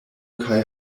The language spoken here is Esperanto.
kaj